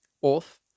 Orth